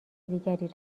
دیگری